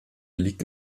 liegt